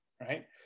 Right